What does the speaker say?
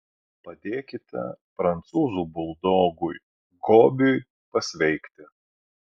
padėkite prancūzų buldogui gobiui pasveikti